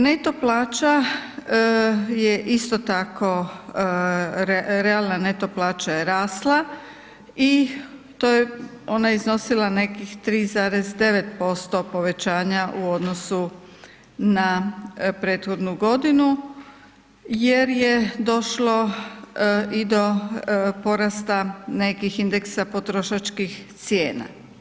Neto plaća je isto tako, realna neto plaća je rasla, i to je, ona je iznosila nekih 3,9% povećanja u odnosu na prethodnu godinu, jer je došlo i do porasta nekih indeksa potrošačkih cijena.